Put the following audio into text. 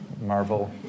Marvel